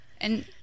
And-